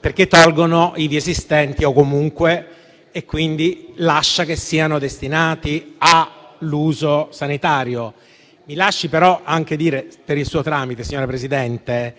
perché sopprimono le parole «ivi esistenti o comunque», e quindi si lascia che siano destinati all'uso sanitario. Mi lasci però anche dire una cosa, per il suo tramite, signora Presidente.